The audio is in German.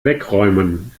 wegräumen